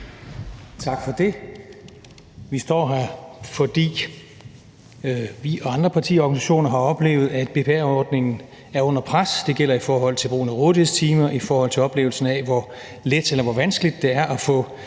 Tak for det. Vi står her, fordi vi og andre partiorganisationer har oplevet, at BPA-ordningen er under pres. Det gælder i forhold til brugen af rådighedstimer, i forhold til oplevelsen af, hvor let eller hvor vanskeligt det er at få